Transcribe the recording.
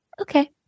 Okay